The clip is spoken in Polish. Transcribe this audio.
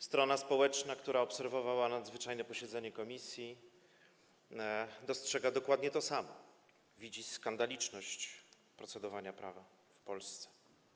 Strona społeczna, która obserwowała nadzwyczajne posiedzenie komisji, dostrzega dokładnie to samo, widzi skandaliczny sposób procedowania prawa w Polsce.